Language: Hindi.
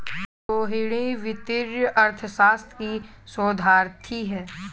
रोहिणी वित्तीय अर्थशास्त्र की शोधार्थी है